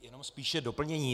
Jenom spíše doplnění.